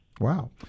Wow